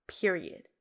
Period